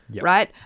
Right